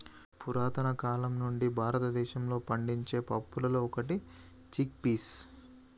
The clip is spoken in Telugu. పురతన కాలం నుండి భారతదేశంలో పండించే పప్పులలో ఒకటి చిక్ పీస్